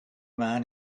man